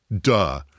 duh